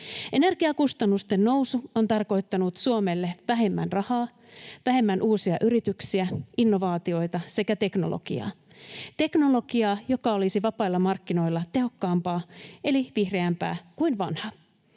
Energiakustannusten nousu on tarkoittanut Suomelle vähemmän rahaa, vähemmän uusia yrityksiä, innovaatioita sekä teknologiaa — teknologiaa, joka olisi vapailla markkinoilla tehokkaampaa, eli vihreämpää, kuin vanha.